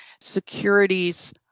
securities